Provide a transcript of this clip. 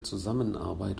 zusammenarbeit